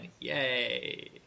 yay